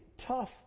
tough